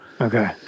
Okay